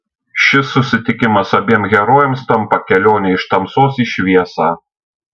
šis susitikimas abiem herojėms tampa kelione iš tamsos į šviesą